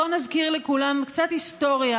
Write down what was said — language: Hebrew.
בואו נזכיר לכולנו קצת היסטוריה,